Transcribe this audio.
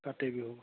Kati Bihu